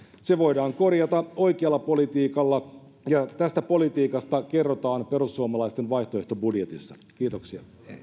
se voidaan korjata oikealla politiikalla ja tästä politiikasta kerrotaan perussuomalaisten vaihtoehtobudjetissa kiitoksia